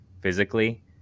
physically